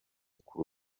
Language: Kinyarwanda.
kuri